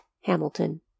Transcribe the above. Hamilton